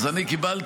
אז אני קיבלתי,